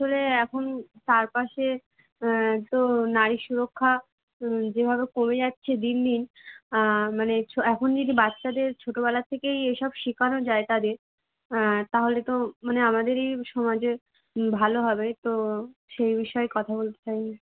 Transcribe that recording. আসলে এখন চারপাশে তো নারী সুরক্ষা যেভাবে কমে যাচ্ছে দিন দিন মানে ছ এখন যদি বাচ্চাদের ছোটোবেলার থেকেই এইসব শিকানো যায় তাদের তাহলে তো মানে আমাদেরই সমাজের ভালো হবে তো সেই বিষয়ে কথা বলতে চাই